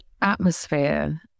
atmosphere